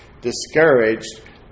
discouraged